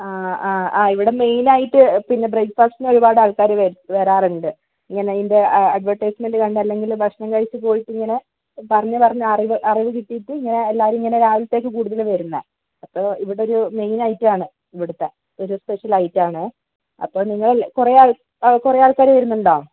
ആ ആ ആ ഇവിടെ മെയിൻ ആയിട്ട് പിന്നെ ബ്രേക്ഫാസ്റ്റിന് ഒരുപാട് ആൾക്കാർ വരാറുണ്ട് ഇങ്ങനെ ഇതിന്റെ അഡ്വെർടൈസ്മെന്റ് കണ്ടല്ലെങ്കിലും ഭക്ഷണം കഴിച്ച് പോയിട്ടിങ്ങനെ പറഞ്ഞു പറഞ്ഞ് ഇങ്ങനെ അറിവ് കിട്ടിയിട്ട് ഇങ്ങനെ എല്ലാവരും ഇങ്ങനെ രാവിലെത്തേക്ക് കൂടുതൽ വരുന്നത് അപ്പോൾ ഇവിടെ ഒരു മെയിൻ ഐറ്റം ആണ് ഇവിടുത്തെ ഒരു സ്പെഷ്യൽ ഐറ്റം ആണ് അപ്പോൾ നിങ്ങൾ കുറേ ആൾക്കാർ വരുന്നുണ്ടോ